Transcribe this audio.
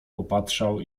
popatrzał